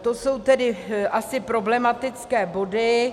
To jsou tedy asi problematické body.